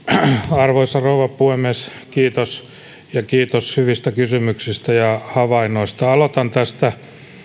arvoisa rouva puhemies kiitos ja kiitos hyvistä kysymyksistä ja havainnoista aloitan tästä